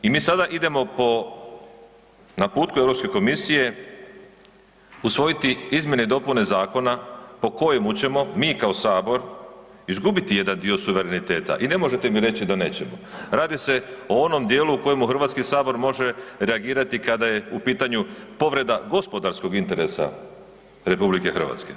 I mi sada idemo po naputku Europske komisije usvojiti izmjene i dopune zakona po kojima ćemo mi kao Sabor izgubiti jedan dio suvereniteta i ne možete mi reći da nećemo, radi se o onom djelu u kojemu Hrvatski sabor može reagirati kada je u pitanu povreda gospodarskog interesa RH.